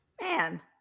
Man